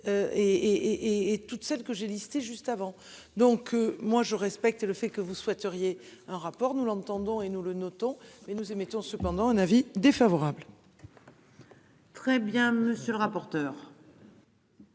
et toutes celles que j'ai listé juste avant. Donc moi je respecte le fait que vous souhaiteriez un rapport nous l'entendons et nous le notons mais nous émettons cependant un avis défavorable. Très bien monsieur le rapporteur.